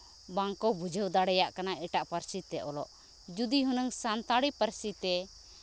ᱵᱟᱝ ᱠᱚ ᱵᱩᱡᱷᱟᱹᱣ ᱫᱟᱲᱮᱭᱟᱜ ᱠᱟᱱᱟ ᱮᱴᱟᱜ ᱯᱟᱹᱨᱥᱤ ᱛᱮ ᱚᱞᱚᱜ ᱡᱩᱫᱤ ᱦᱩᱱᱟᱹᱝ ᱥᱟᱱᱛᱟᱲᱤ ᱯᱟᱹᱨᱥᱤ ᱛᱮ